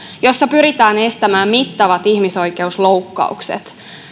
jossa pyritään estämään mittavat ihmisoikeusloukkaukset